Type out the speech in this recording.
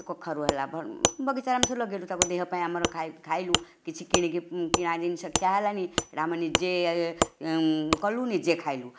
କି କଖାରୁ ହେଲା ବଗିଚାରେ ଆମେ ସବୁ ଲଗେଇଲୁ ତା'ପରେ ଦେହ ପାଇଁ ଆମର ଖା ଖାଇଲୁ କିଛି କିଣିକି କିଣା ଜିନିଷ ଖିଆ ହେଲାନି ଆମେ ନିଜେ କଲୁ ନିଜେ ଖାଇଲୁ